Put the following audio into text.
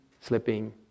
slipping